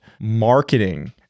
marketing